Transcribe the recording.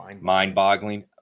mind-boggling